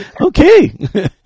Okay